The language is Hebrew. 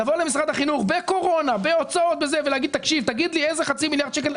לבוא למשרד החינוך בזמן הקורונה ולשאול איזה חצי מיליארד שקלים מיותרים.